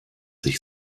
sich